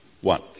One